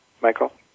Michael